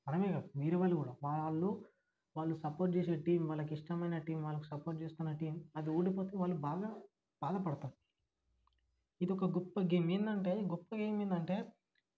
మనమే కాదు వేరే వాళ్ళు కూడా వాళ్ళు వాళ్ళు సపోర్ట్ చేసే టీమ్ వాళ్ళకిష్టమైన టీమ్ వాళ్ళకు సపోర్ట్ చేస్తున్న టీమ్ అది ఓడిపోతే వాళ్ళు బాగా బాధపడతారు ఇదొక గొప్ప గేమ్ ఏంటంటే గొప్ప గేమేందంటే